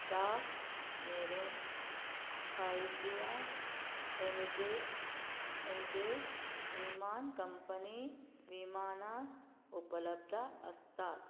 प्रा मेरेन खायच्या एमिटेट एमिटेस विमान कंपनी विमानांत उपलब्ध आसतात